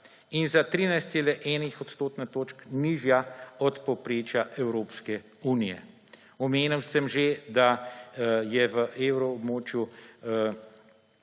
in za 13,1 odstotne točke nižja od povprečja Evropske unije. Omenil sem že, da je v evroobmočju